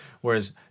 Whereas